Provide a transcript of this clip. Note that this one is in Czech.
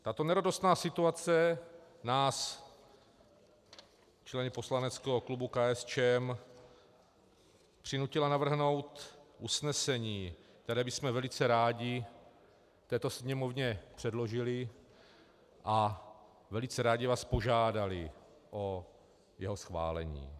Tato neradostná situace nás, členy poslaneckého klubu KSČM, přinutila navrhnout usnesení, které bychom velice rádi této Sněmovně předložili, a velice rádi vás požádali o jeho schválení.